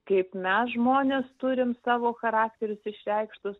kaip mes žmonės turim savo charakterius išreikštus